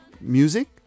music